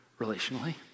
relationally